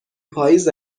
پاییز